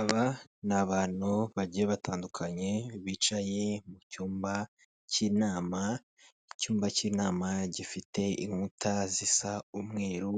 Aba n'abantu bagiye batandukanye bicaye mu cyumba cy'inama, icyumba cy'inama gifite inkuta zisa umweru